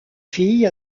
fille